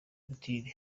putin